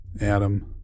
Adam